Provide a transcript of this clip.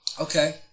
okay